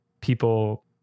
people